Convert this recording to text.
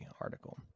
article